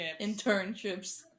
Internships